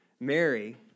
Mary